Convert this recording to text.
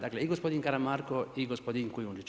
Dakle i gospodin Karamarko i gospodin Kujundžić.